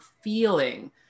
feeling